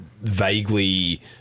vaguely